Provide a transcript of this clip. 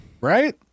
Right